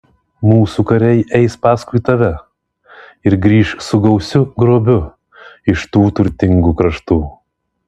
mūsų kariai eis paskui tave ir grįš su gausiu grobiu iš tų turtingų kraštų